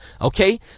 Okay